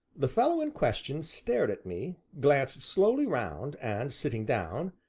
the fellow in question stared at me, glanced slowly round, and, sitting down,